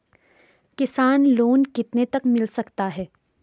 किसान लोंन कितने तक मिल सकता है?